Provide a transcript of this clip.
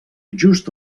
just